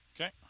Okay